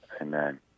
Amen